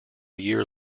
year